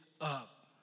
up